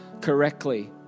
correctly